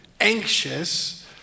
anxious